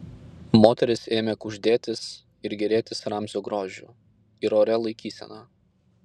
moterys ėmė kuždėtis ir gėrėtis ramzio grožiu ir oria laikysena